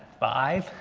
five,